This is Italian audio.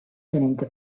tenente